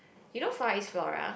you know Far-East-Plaze